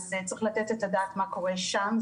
אז צריך לתת את הדעת לגבי מה קורה שם.